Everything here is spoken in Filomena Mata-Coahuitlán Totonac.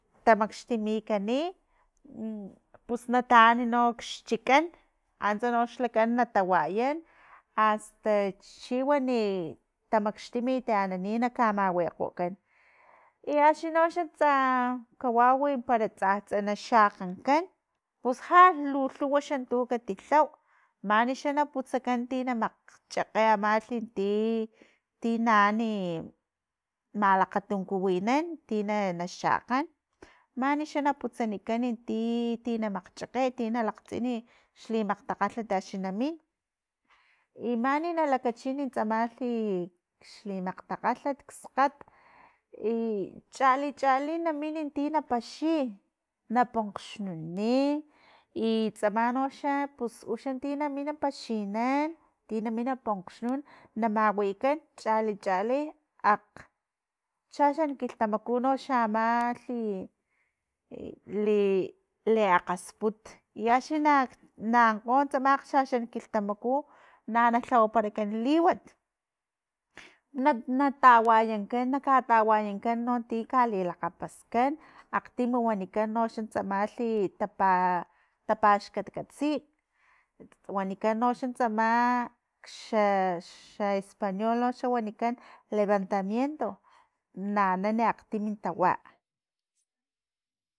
Tamaxtuminkan pus nataan nok xchikan antsa no xlakan tawayan asta chiwani tamaxtimit anani na kamawikgokan i axino xa tsa kawaw pero tsatsi na xakgankan pus jalu lhuwa tu katilhaw mani xa na putsakan tina makgchakge amalhi ti- ti naani malakgantuwinan ti na xakgan mani xa na putsanikan ti- ti na makgchakge ti na lakgtsin xi magktakgalhat axni na min i mani na lakahin tsamalhi xli makgtakgalhit xskatn i chali chali namin tina paxi na pokgxnun i tsamalhi noxa ti na paxikan ti namin pokgxnun na mawikan chali chali akgchaxan kilhtamaku no xa amalhi li liakgasput i axni, na ankgo tsamalhi akgchaxan kilhtamaku na nalhawaparakan liwan, na- na tawayankan na katawayan no ti kalakgapascan akgtim wanikan noxan tsamalhi tapa tapaxkatkatsini wanikan no xantsama xa- xa español noxa wanikan levantamiento na anan akgtimi tawa.